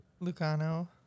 Lucano